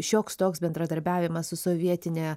šioks toks bendradarbiavimas su sovietine